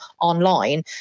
online